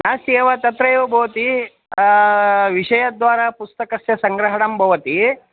नास्ति एव तत्रैव भवति विषयद्वारा पुस्तकस्य सङ्ग्रहणं भवति